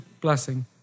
blessing